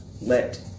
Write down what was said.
let